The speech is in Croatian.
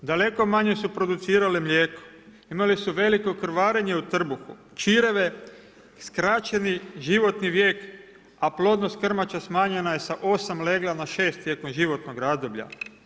Daleko manje su produdirale mlijeko, imale su veliko krvarenje u trbuhu, čireve, skraćeni životni vijek, a plodnost krmača smanjena je sa 8 legala na 6 tijeku životnog razdoblja.